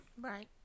right